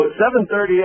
7.30